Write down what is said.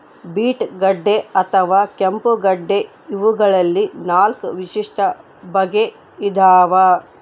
beet ಗಡ್ಡೆ ಅಥವಾ ಕೆಂಪುಗಡ್ಡೆ ಇವಗಳಲ್ಲಿ ನಾಲ್ಕು ವಿಶಿಷ್ಟ ಬಗೆ ಇದಾವ